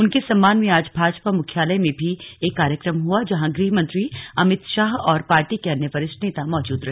उनके सम्मान में आज भाजपा मुख्यालय में भी एक कार्यक्रम हुआ जहां गृहमंत्री अमित शाह और पार्टी के अन्य वरिष्ठ नेता मौजूद रहे